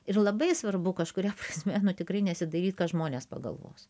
ir labai svarbu kažkuria prasme tikrai nesidairyt ką žmonės pagalvos